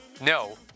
No